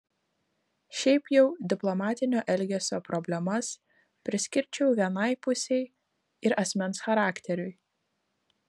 šiaip jau diplomatinio elgesio problemas priskirčiau vienai pusei ir asmens charakteriui